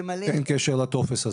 תמלא --- אין קשר לטופס הזה.